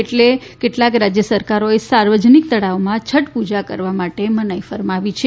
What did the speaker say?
એટલે કેટલાંક રાજ્ય સરકારોએ સાર્વજનિક તળાવોમાં છઠ્ઠ પૂજા કરવા માટે મનાઈ ફરમાવી છે